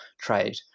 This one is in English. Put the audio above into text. trade